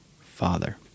Father